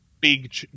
big